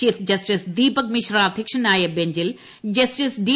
chief justice Deepak Mishra അധ്യക്ഷനായ ബഞ്ചിൽ justice D